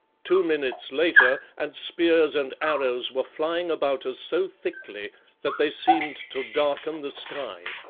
two minutes later, and spears and arrows were flying about us so thickly that they seemed to darken the sky.